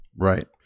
Right